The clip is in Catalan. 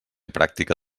pràctica